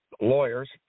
lawyers